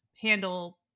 handle